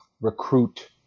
recruit